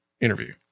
interview